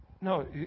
No